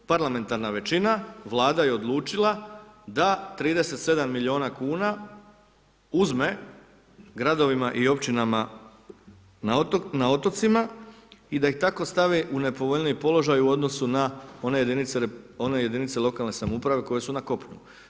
Parlamentarna većina, Vlada je odlučila da 37 milijuna kuna uzme gradovima i općinama na otocima i da ih tako stave u nepovoljniji položaj u odnosu na one jedinice lokalne samouprave koje su na kopnu.